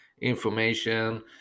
information